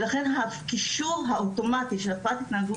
ולכן הקישור האוטומטי של הפרעת התנהגות